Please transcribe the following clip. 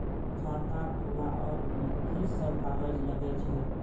खाता खोलाअब में की सब कागज लगे छै?